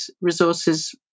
resources